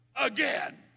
again